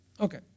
Okay